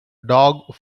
dog